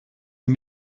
ich